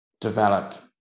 developed